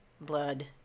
blood